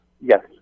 yes